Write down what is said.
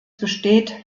besteht